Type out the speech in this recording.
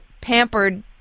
pampered